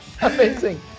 Amazing